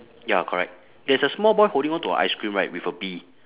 ya correct there's a small boy holding on to a ice cream right with a bee